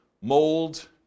mold